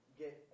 get